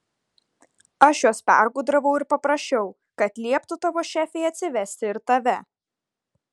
aš juos pergudravau ir paprašiau kad lieptų tavo šefei atsivesti ir tave